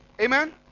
Amen